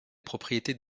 propriétés